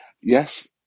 Yes